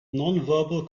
nonverbal